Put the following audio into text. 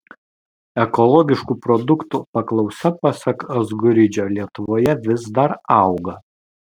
ekologiškų produktų paklausa pasak azguridžio lietuvoje vis dar auga